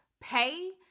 pay